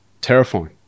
terrifying